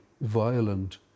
violent